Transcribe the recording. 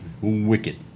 Wicked